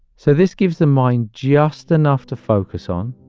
so this gives them mine just enough to focus on,